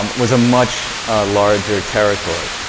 um was a much larger territory